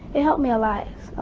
it helped me a lot.